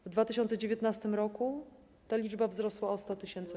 W 2019 r. ta liczba wzrosła o 100 tys.